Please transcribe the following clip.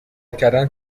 کردن